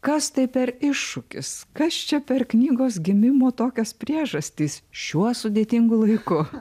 kas tai per iššūkis kas čia per knygos gimimo tokios priežastys šiuo sudėtingu laiku